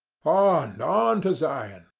ah and on to zion!